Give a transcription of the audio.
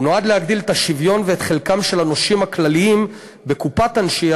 הוא נועד להגדיל את השוויון ואת חלקם של הנושים הכלליים בקופת הנשייה,